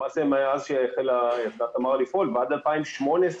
למעשה מאז החלה אסדת תמר לפעול ועד 2018,